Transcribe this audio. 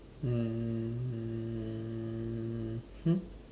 mmhmm